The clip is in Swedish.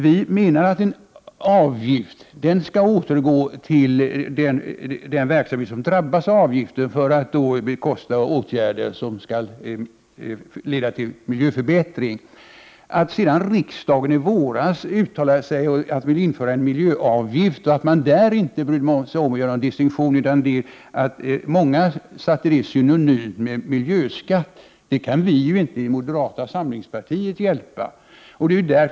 Vi menar att en avgift skall återgå till den verksamhet som drabbas av avgiften, för bekostande av åtgärder som skall leda till miljöförbättring. Att sedan riksdagen i våras uttalade sig för införande av en miljöavgift men i det sammanhanget inte brydde sig om den nu aktuella distinktionen ledde till att många uppfattade denna avgift som en miljöskatt. Det är någonting som vi i moderata samlingspartiet inte kan lastas för.